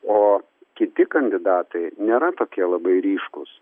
o kiti kandidatai nėra tokie labai ryškūs